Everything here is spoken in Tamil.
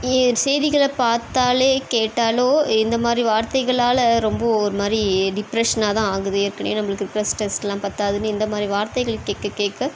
செய்திகளை பார்த்தாலே கேட்டாலோ இந்த மாரி வார்த்தைகளால் ரொம்ப ஒரு மாரி டிப்ரெஷனாகதான் ஆகுது ஏற்கனவே நம்மளுக்கு இருக்குற ஸ்ட்ரெஸ்லாம் பத்தாதுன்னு இந்த மாரி வார்த்தைகள் கேட்கக்கேக்க